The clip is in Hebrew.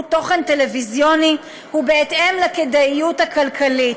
תוכן טלוויזיוני ובהתאם לכדאיות הכלכלית.